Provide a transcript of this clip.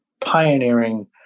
pioneering